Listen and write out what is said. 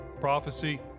prophecy